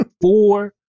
Four